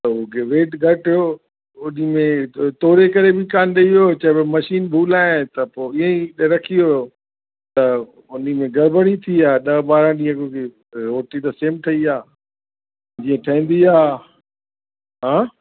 त हू वेट घटि हुओ उन में तोले करे बि कोन ॾेई वियो चए पियो मशीन भूल आहे है त पोइ ईअं ई रखी वियो त उन में गड़बड़ी थी आहे ॾह ॿारहं ॾींह रोटी त सेम ठही आहे जीअं ठहींदी आहे हा